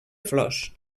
flors